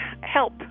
help